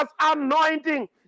anointing